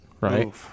right